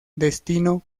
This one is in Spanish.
destino